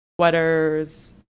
sweaters